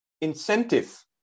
incentive